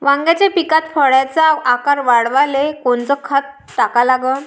वांग्याच्या पिकात फळाचा आकार वाढवाले कोनचं खत टाका लागन?